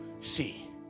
see